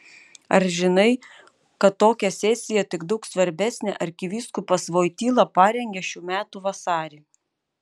ar žinai kad tokią sesiją tik daug svarbesnę arkivyskupas voityla parengė šių metų vasarį